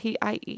pie